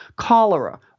Cholera